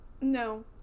no